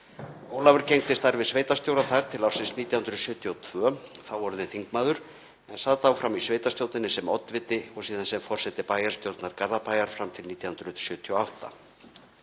Ólafur gegndi starfi sveitarstjóra þar til ársins 1972, þá orðinn þingmaður, en sat áfram í sveitarstjórninni sem oddviti og síðar sem forseti bæjarstjórnar Garðabæjar fram til 1978.